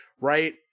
right